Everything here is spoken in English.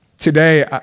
Today